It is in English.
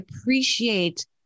appreciate